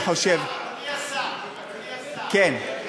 אני חושב, אדוני השר, אדוני השר, אדוני השר, כן.